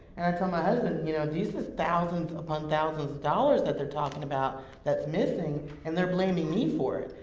and i told my husband, you know, this is thousands upon thousands of dollars that they're talking about that's missing. and they're blaming me for it.